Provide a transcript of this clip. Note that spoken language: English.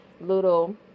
little